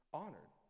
honored